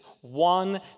one